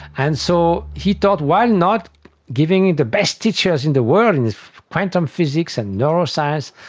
and so he thought why not giving it the best teachers in the world in quantum physics and neuroscience,